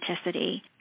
authenticity